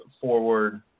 forward